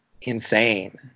insane